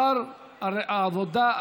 שר העבודה,